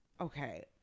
Okay